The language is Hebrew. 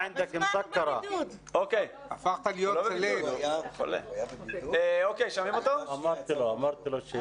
מבין את הבעייתיות וחושב שיכול להיות פתרון